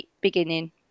beginning